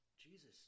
jesus